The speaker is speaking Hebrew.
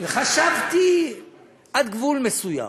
חשבתי עד גבול מסוים,